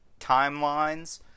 timelines